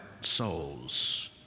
souls